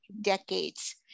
decades